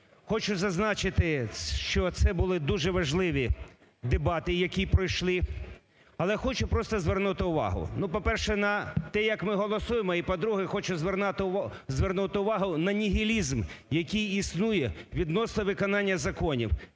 Хочу зазначити, що це були дуже важливі дебати, які пройшли, але хочу просто звернути увагу, ну, по-перше, на те, як ми голосуємо і, по-друге, хочу звернути увагу на нігілізм, який існує відносно виконання законів.